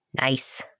Nice